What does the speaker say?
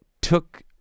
took